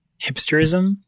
hipsterism